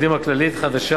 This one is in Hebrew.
העובדים הכללית החדשה,